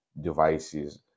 devices